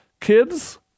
Kids